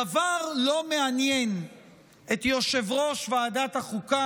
דבר לא מעניין את יושב-ראש ועדת החוקה